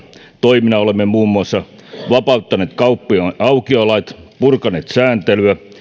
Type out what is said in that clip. toimina olemme muun muassa vapauttaneet kauppojen aukioloajat purkaneet sääntelyä